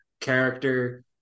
character